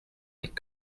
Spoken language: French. les